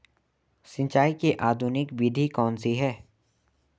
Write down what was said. सिंचाई की आधुनिक विधि कौनसी हैं?